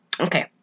Okay